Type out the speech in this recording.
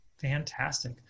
Fantastic